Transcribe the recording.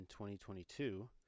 2022